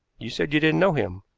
you said you didn't know him.